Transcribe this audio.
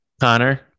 Connor